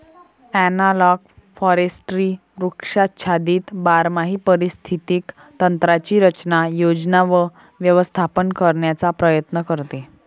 analogue forestry वृक्षाच्छादित बारमाही पारिस्थितिक तंत्रांची रचना, योजना व व्यवस्थापन करण्याचा प्रयत्न करते